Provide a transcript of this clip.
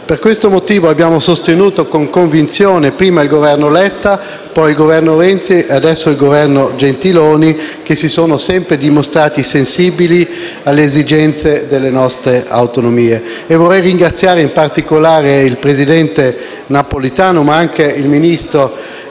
Per questo motivo, abbiamo sostenuto con convinzione prima il Governo Letta, poi, il Governo Renzi e, adesso, il Governo Gentiloni Silveri, che si sono sempre dimostrati sensibili alle esigenze delle nostre autonomie. Vorrei ringraziare, in particolare, il presidente Napolitano, ma anche il Ministro